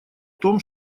том